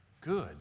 good